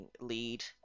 lead